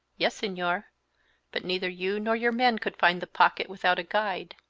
yes, senor, but neither you nor your men could find the pocket without a guide.